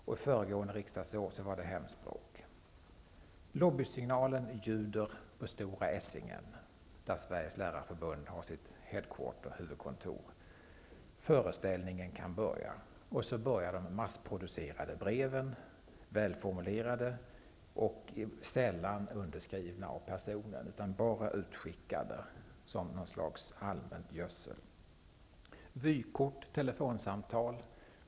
Under föregående riksdagsår var det fråga om hemspråksundervisningen. Sveriges lärarförbund har sitt ''headquarter'', huvudkontor. Föreställningen kan börja. Sedan skickas de massproducerade breven ut, välformulerade och sällan underskrivna av personer, utan bara utskickade som något slags allmänt gödsel. Det skickas vykort och rings telefonsamtal.